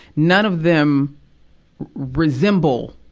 none of them resemble,